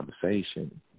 conversation